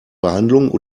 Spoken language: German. behandlung